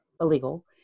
illegal